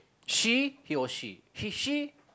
she he or she she she